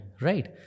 right